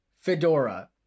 Fedora